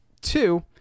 Two